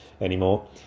anymore